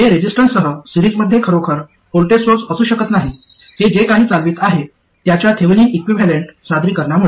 हे रेसिस्टन्ससह सिरीजमध्ये खरोखर व्होल्टेज सोर्स असू शकत नाही हे जे काही चालवित आहे त्याच्या थेवेणीन इक्विव्हॅलेंट सादरीकरनामुळे